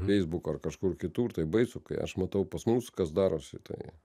feisbuką ar kažkur kitur tai baisu kai aš matau pas mus kas darosi tai